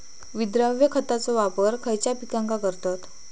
विद्राव्य खताचो वापर खयच्या पिकांका करतत?